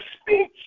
speech